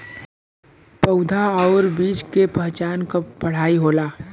पउधा आउर बीज के पहचान क पढ़ाई होला